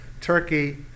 Turkey